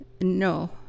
No